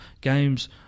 games